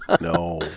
no